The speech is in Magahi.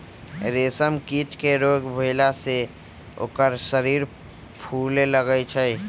रेशम कीट के रोग भेला से ओकर शरीर फुले लगैए छइ